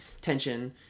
tension